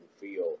feel